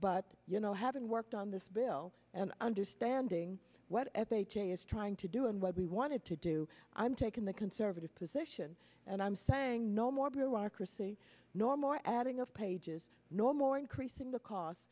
but you know having worked on this bill and understanding what f h a is trying to do and what we wanted to do i'm taking the conservative position and i'm saying no more bureaucracy nor more adding up pages no more increasing